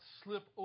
slip